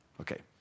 Okay